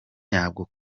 nyabwo